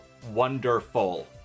Wonderful